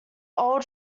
old